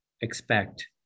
expect